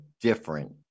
different